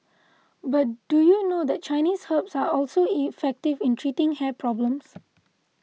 but do you know that Chinese herbs are also effective in treating hair problems